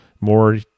more